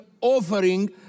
offering